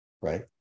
Right